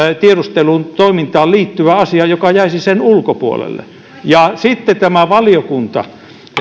tiedustelutoimintaan liittyvää asiaa joka jäisi sen ulkopuolelle tämä valiokunta